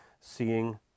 seeing